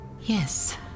Yes